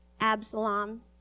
Absalom